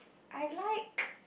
I like